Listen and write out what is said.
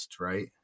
right